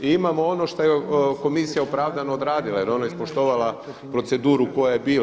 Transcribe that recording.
I imamo ono što je komisija opravdano odradila, jer ona je ispoštovala proceduru koja je bila.